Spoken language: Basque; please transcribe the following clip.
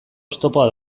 oztopoa